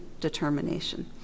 determination